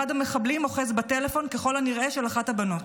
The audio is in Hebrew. אחד המחבלים אוחז בטלפון, ככל הנראה של אחת הבנות.